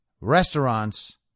restaurants